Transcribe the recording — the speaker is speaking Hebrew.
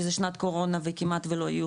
כי זה שנת קורונה וכמעט ולא,